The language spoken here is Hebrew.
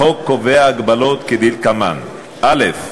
החוק קובע הגבלות כדלקמן: א.